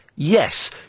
Yes